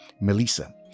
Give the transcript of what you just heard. Melissa